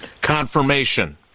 Confirmation